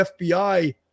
FBI